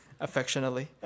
affectionately